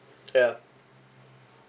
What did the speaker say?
ya